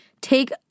take